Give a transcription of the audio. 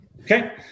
Okay